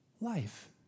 life